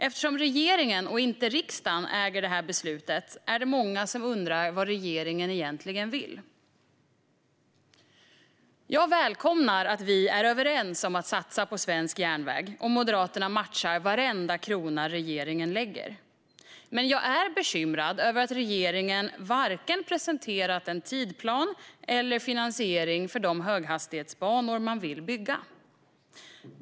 Eftersom regeringen, inte riksdagen, äger beslutet är det många som undrar vad regeringen egentligen vill. Jag välkomnar att vi är överens om att satsa på svensk järnväg, och Moderaterna matchar varenda krona regeringen lägger. Men jag är bekymrad över att regeringen inte har presenterat vare sig en tidsplan eller finansiering för de höghastighetsbanor man vill bygga.